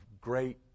great